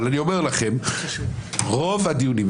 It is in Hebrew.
אבל אני אומר לכם: רוב הדיונים,